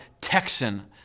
Texan